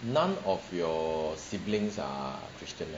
none of your siblings are christian right